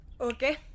Okay